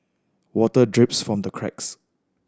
water drips from the cracks